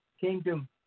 kingdom